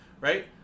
right